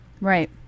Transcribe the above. Right